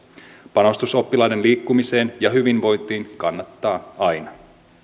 panostus oppilaiden liikkumiseen ja hyvinvointiin kannattaa aina